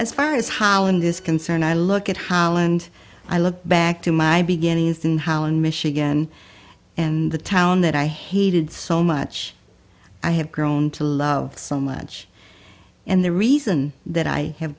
as far as how in this concern i look at how and i look back to my beginnings in holland michigan and the town that i hated so much i have grown to love so much and the reason that i have